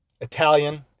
Italian